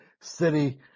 city